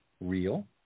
real